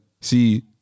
See